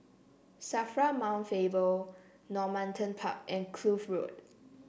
Safra Mount Faber Normanton Park and Kloof Road